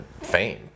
fame